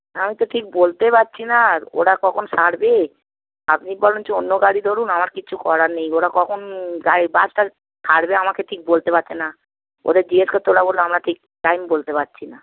আমি তো ঠিক বলতে পারছি না ওরা কখন ছাড়বে আপনি বরঞ্চ অন্য গাড়ি ধরুন আমার কিচ্ছু করার নেই ওরা কখন গাড়ি বাস টাস ছাড়বে আমাকে ঠিক বলতে পারছি না ওদের জিজ্ঞেস করতে ওরা বলল আমরা ঠিক টাইম বলতে পারছি না